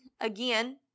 again